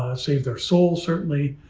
save their soul, certainly,